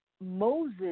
Moses